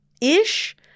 ish